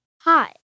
Hi